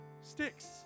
Sticks